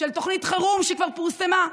של תוכנית חירום שכבר פורסמה.